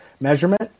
measurement